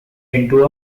into